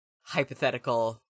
hypothetical